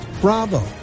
Bravo